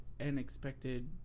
unexpected